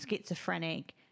schizophrenic